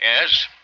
Yes